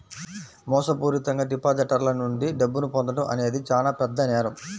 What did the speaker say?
మోసపూరితంగా డిపాజిటర్ల నుండి డబ్బును పొందడం అనేది చానా పెద్ద నేరం